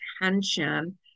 attention